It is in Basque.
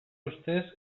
ustez